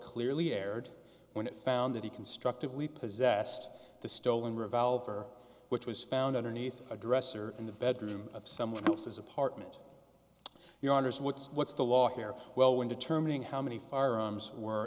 clearly erred when it found that he constructively possessed the stolen revolver which was found underneath a dresser in the bedroom of someone else's apartment your honour's what's what's the law here well when determining how many firearms were